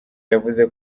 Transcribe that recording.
yavuze